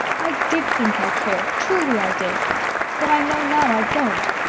i did think i cared truly i did but i know now i don't.